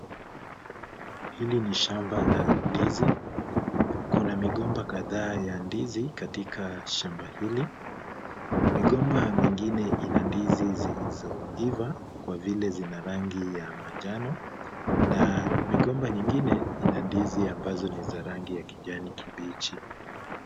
Hili ni shamba la ndizi. Kuna migomba kadhaa ya ndizi katika shamba hili. Migomba mingine ina ndizi zilizoiva kwa vile zina rangi ya manjano na migomba nyingine ina ndizi ambazo ni za rangi ya kijani kibichi.